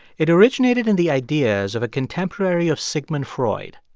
it originated in the ideas of a contemporary of sigmund freud,